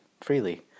freely